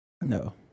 No